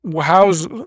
how's—